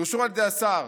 בתיאום